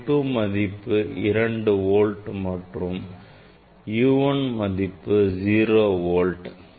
U 2 மதிப்பு 2 volt மற்றும் U 1 மதிப்பு 0 volt